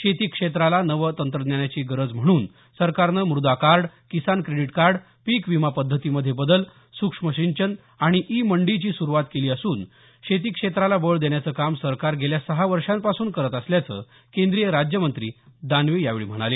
शेती क्षेत्राला नव तंत्रज्ञानाची गरज म्हणून सरकारनं मृदा कार्ड किसान क्रेडीट कार्ड पीक विमा पद्धतीमध्ये बदल सूक्ष्म सिंचन आणि ई मंडीची सुरुवात केली असून शेती क्षेत्राला बळ देण्याचं काम सरकार गेल्या सहा वर्षांपासून करत असल्याचं केंद्रीय राज्यमंत्री दानवे यावेळी म्हणाले